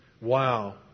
Wow